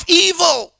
evil